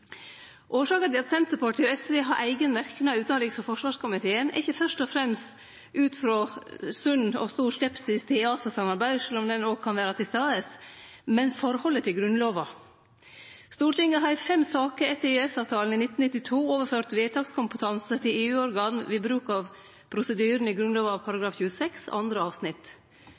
Årsaka til at Senterpartiet og Sosialistisk Venstreparti har eigen merknad i utanriks- og forsvarskomiteen er ikkje fyrst og fremst ut frå sunn og stor skepsis til EASA-samarbeid – sjølv om den også kan vere til stades – men forholdet til Grunnlova. Stortinget har i fem saker etter EØS-avtalen i 1992 overført vedtakskompetanse til EU-organ ved bruk av prosedyren i Grunnlova § 26 andre avsnitt.